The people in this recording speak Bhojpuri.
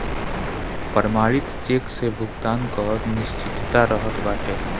प्रमाणित चेक से भुगतान कअ निश्चितता रहत बाटे